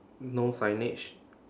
no signage